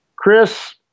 Chris